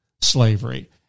slavery